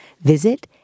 visit